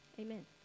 Amen